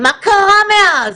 מה קרה מאז?